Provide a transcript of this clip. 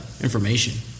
information